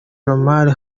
lamar